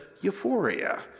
euphoria